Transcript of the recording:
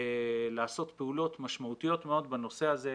לעשות פעולות משמעויות מאוד בנושא הזה,